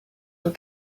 were